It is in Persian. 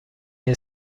این